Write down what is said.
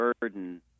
burden